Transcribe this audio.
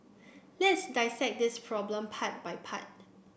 let's dissect this problem part by part